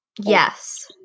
Yes